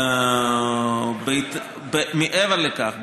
מעבר לכך,